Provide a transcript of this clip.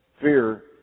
Fear